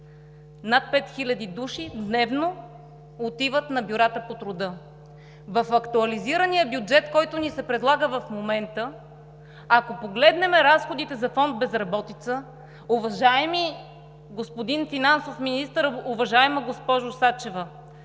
над 5000 души дневно отиват в бюрата по труда. В актуализирания бюджет, който ни се предлага в момента, ако погледнем разходите за фонд „Безработица“, уважаеми господин финансов Министър, уважаема госпожо Сачева,